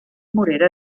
morera